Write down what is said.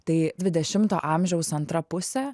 tai dvidešimto amžiaus antra pusė